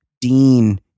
Dean